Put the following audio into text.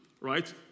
right